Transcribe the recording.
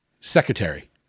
secretary